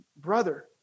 brother